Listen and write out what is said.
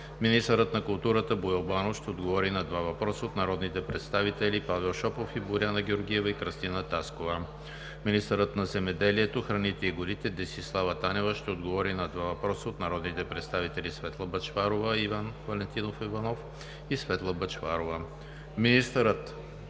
Министърът на културата Боил Банов ще отговори на два въпроса от народните представители Павел Шопов; и Боряна Георгиева и Кръстина Таскова. 6. Министърът на земеделието, храните и горите Десислава Танева ще отговори на два въпроса от народните представители Светла Бъчварова; и Иван Валентинов Иванов и Светла Бъчварова. 7. Министърът